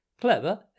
Clever